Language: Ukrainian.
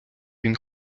він